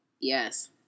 Yes